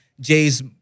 Jay's